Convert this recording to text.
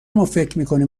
مافکرمیکنیم